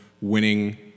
winning